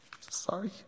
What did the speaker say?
Sorry